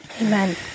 Amen